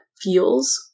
feels